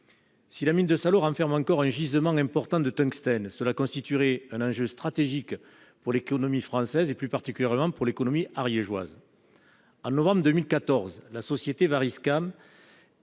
Si la mine de Salau renfermait encore un gisement important de tungstène, cela constituerait un enjeu stratégique pour l'économie française, plus particulièrement pour l'économie ariégeoise. En novembre 2014, la société Variscan